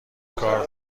کار